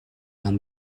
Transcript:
and